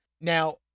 Now